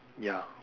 ya